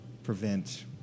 prevent